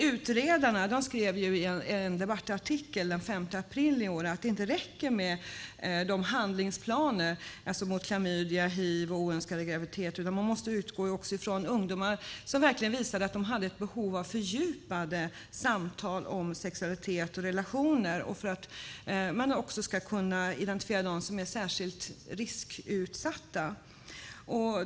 Utredarna skrev i en debattartikel den 5 april i år att det inte räcker med handlingsplaner mot klamydia, hiv och oönskade graviditeter utan att man också måste utgå från ungdomars behov av fördjupade samtal om sexualitet och relationer och identifiera dem som är särskilt riskutsatta.